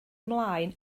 ymlaen